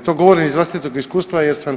To govorim iz vlastitog iskustva jer sam